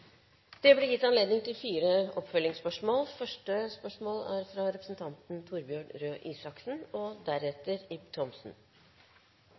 Det blir gitt anledning til fire oppfølgingsspørsmål – først Torbjørn Røe Isaksen